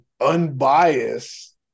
unbiased